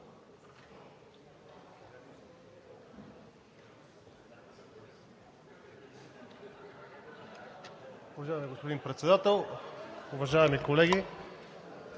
Уважаеми господин Председател, уважаеми колеги!